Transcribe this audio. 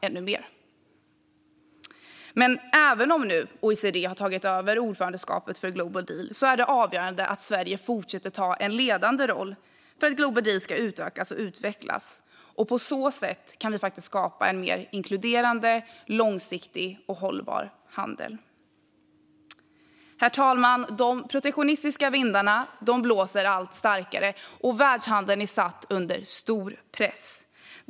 Även om OECD har tagit över ordförandeskapet är det avgörande att Sverige fortsätter ta en ledande roll för att Global Deal ska utökas och utvecklas. På så sätt kan vi skapa en mer inkluderande, långsiktig och hållbar handel. Herr talman! De protektionistiska vindarna blåser allt starkare och världshandeln är satt under stor press.